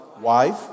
wife